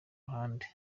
muhanda